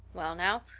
well now,